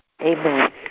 Amen